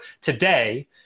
today